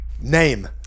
Name